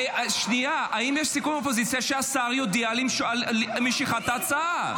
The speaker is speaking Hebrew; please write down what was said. האם יש סיכום אופוזיציה שהשר יודיע על משיכת ההצעה?